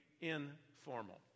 informal